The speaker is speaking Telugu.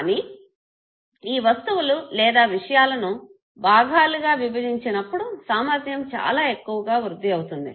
కానీ ఈ వస్తువులు లేదా విషయాలను భాగాలుగా విభజించినప్పుడు సామర్ధ్యం చాలా ఎక్కువగా వృద్ధి అవుతుంది